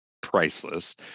priceless